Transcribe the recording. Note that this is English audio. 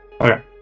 Okay